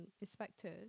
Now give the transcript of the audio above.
inspectors